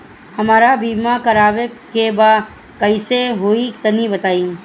हमरा बीमा करावे के बा कइसे होई तनि बताईं?